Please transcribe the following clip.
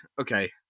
Okay